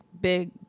big